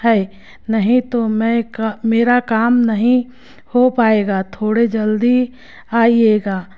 है नहीं तो मैं क मेरा काम नहीं हो पाएगा थोड़े जल्दी आइएगा